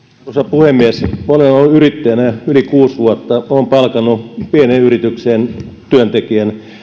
puhemies minä olen ollut yrittäjänä yli kuusi vuotta olen palkannut pieneen yritykseen työntekijän